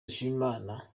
dushimimana